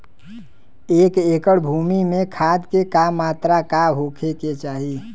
एक एकड़ भूमि में खाद के का मात्रा का होखे के चाही?